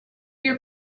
your